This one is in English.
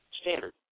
standard